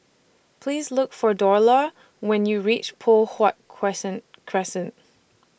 Please Look For Dorla when YOU REACH Poh Huat Crescent Crescent